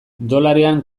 dolarean